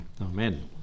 Amen